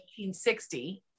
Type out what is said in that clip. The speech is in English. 1860